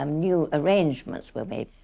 um new arrangements were made.